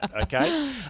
okay